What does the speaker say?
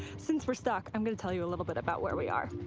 since we're stuck, i'm going to tell you a little bit about where we are.